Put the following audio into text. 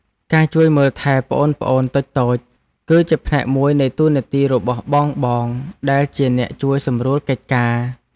ការជួយមើលថែប្អូនៗតូចៗ គឺជាផ្នែកមួយនៃតួនាទីរបស់បងៗដែលជាអ្នកជួយសម្រួលកិច្ចការ។